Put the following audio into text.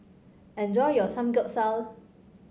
enjoy your Samgeyopsal